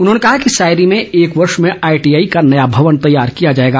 उन्होंने कहा कि सायरी में एक वर्ष में आईटीआई का नया भवन तैयार किया जाएगा